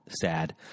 sad